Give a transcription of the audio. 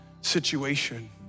situation